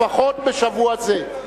לפחות בשבוע זה.